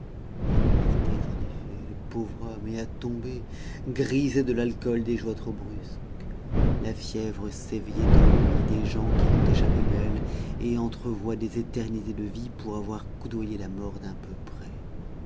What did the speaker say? il l'était en effet le pauvre homme et à tomber grisé de l'alcool des joies trop brusques la fièvre s'éveillait en lui des gens qui l'ont échappé belle et entrevoient des éternités de vie pour avoir coudoyé la mort d'un peu près